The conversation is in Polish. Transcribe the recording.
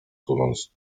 tuląc